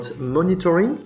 monitoring